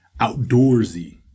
Outdoorsy